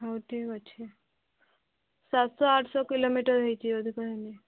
ହଉ ଠିକ୍ ଅଛି ସାତ ଶହ ଆଠ ଶହ କିଲୋମିଟର ହୋଇଛି ତାହେଲେ